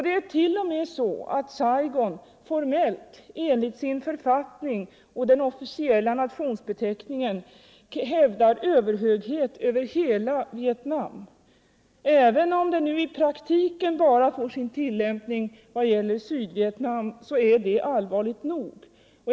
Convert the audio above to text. Det är t.o.m. så att Saigon formellt enligt sin författning och den officiella nationsbeteckningen hävdar överhöghet över hela Vietnam. Även om det nu i praktiken bara får sin tillämpning vad gäller Sydvietnam är det allvarligt nog.